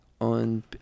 on